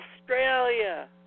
Australia